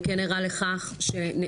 אני כן ערה לכך שנעשתה